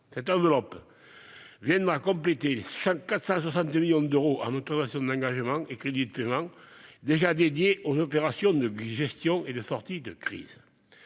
Cette enveloppe viendra compléter les 460 millions d'euros en autorisations d'engagement et crédits de paiement déjà consacrés aux opérations de gestion et de sortie de crise.